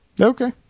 okay